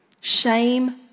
Shame